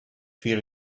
fear